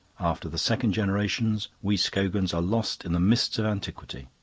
after the second generation we scogans are lost in the mists of antiquity.